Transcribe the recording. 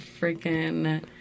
freaking